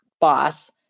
boss